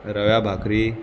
रव्या भाकरी